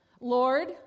Lord